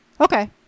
Okay